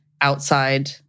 outside